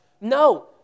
No